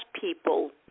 people